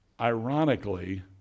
Ironically